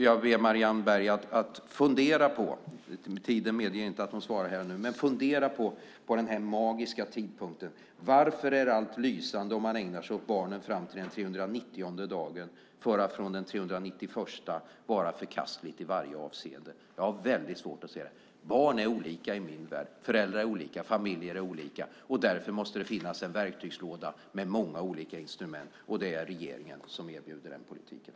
Jag ber Marianne Berg att fundera på den här magiska tidpunkten. Varför är allt lysande om man ägnar sig åt barnen fram till den 390:e dagen för att från dag 391 vara förkastligt i varje avseende? Jag har svårt att se det. Barn, föräldrar och familjer är olika i min värld. Därför måste det finnas en verktygslåda med många olika instrument, och det är regeringen som erbjuder den politiken.